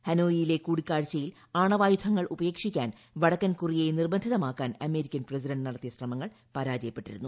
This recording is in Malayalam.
ഹനോയിയിലെ കൂടിക്കാഴ്ചയിൽ ആണവായുധങ്ങൾ ഉപേക്ഷിക്കാൻ വടക്കൻ കൊറിയയെ നിബന്ധിതമാക്കാൻ അമേരിക്കൻ പ്രസിഡന്റ് നടത്തിയ ശ്രമങ്ങൾ പരാജയപ്പെട്ടിരുന്നു